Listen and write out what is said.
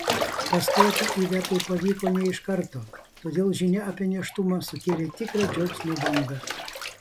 pastoti ivetai pavyko ne iš karto todėl žinia apie nėštumą sukėlė tikrą džiaugsmo bangą